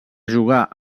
jugar